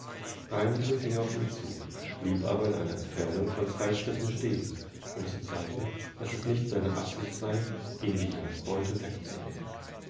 ging auf ihn zu blieb aber in einer entfernung von zwei schritten stehen um zu zeigen daß es nicht seine absicht sei ihm die jagdbeutewegzunehmen